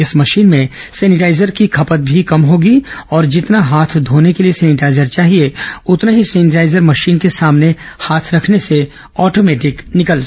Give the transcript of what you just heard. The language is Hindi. इस मशीन में सैनिटाईजर की खपत भी कम होगी और जितना हाथ घोने के लिए सैनिटाईजर चाहिए उतना ही सैनिटाईजर मशीन के सामने हाथ रखने से ऑटोमेटिक निकलेगा